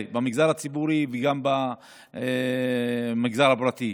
במגזר הציבורי וגם במגזר הפרטי.